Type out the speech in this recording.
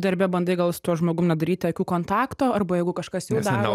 darbe bandai gal su tuo žmogum nedaryti akių kontakto arba jeigu kažkas jau daro